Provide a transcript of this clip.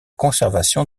conservation